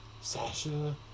Sasha